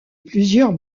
plusieurs